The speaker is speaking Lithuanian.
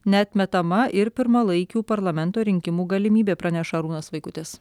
neatmetama ir pirmalaikių parlamento rinkimų galimybė praneša arūnas vaikutis